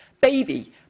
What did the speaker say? baby